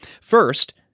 First